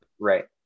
right